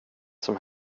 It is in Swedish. som